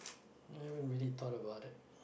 i didn't really thought about it